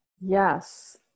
Yes